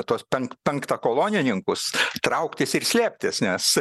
tuos penk penktąkolonininkus trauktis ir slėptis nes